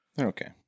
okay